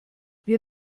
wir